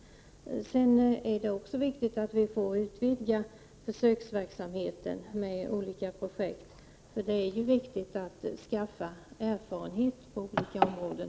Det är också viktigt att vi får utvidga försöksverksamheten med olika projekt. Det är angeläget att genom försök skaffa erfarenhet på olika områden.